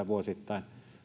vuosittain